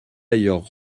d’ailleurs